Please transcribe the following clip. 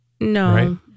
No